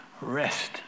rest